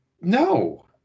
No